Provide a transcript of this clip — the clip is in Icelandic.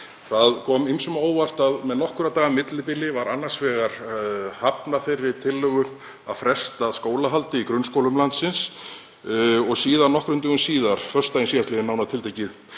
Það kom ýmsum á óvart að með nokkurra daga millibili var annars vegar hafnað þeirri tillögu að fresta skólahaldi í grunnskólum landsins og síðan nokkrum dögum síðar, nánar tiltekið